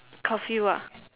curfew ah